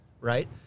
right